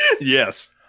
Yes